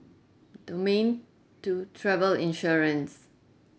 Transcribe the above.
domain two travel insurance